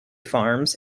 farms